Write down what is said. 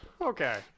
Okay